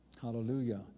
Hallelujah